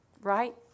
Right